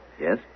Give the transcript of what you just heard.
Yes